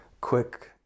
quick